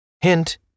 Hint